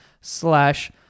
slash